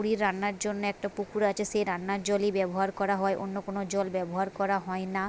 পুরীর রান্নার জন্য একটা পুকুর আছে সেই রান্নার জলই ব্যবহার করা হয় অন্য কোনো জল ব্যবহার করা হয় না